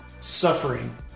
suffering